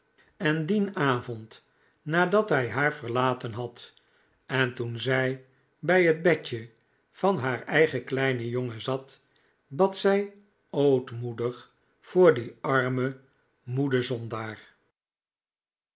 en dien avond nadat hij haar verlaten had en toen zij bij het bedje van haar eigen kleinen jongen zat bad zij ootmoedig voor dien armen moeden zondaar